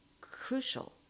crucial